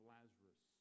Lazarus